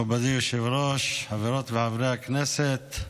מכובדי היושב-ראש, חברות וחבריי הכנסת,